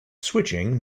switching